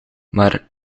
maar